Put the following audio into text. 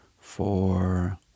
four